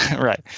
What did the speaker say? Right